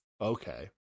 Okay